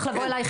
כן, כן.